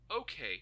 okay